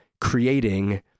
creating